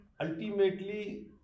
ultimately